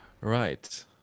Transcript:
Right